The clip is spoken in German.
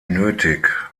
nötig